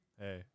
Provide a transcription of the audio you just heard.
hey